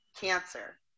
cancer